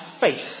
faith